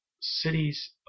cities